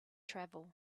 travel